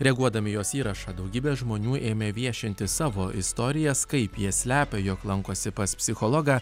reaguodami į jos įrašą daugybė žmonių ėmė viešinti savo istorijas kaip jie slepia jog lankosi pas psichologą